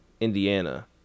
Indiana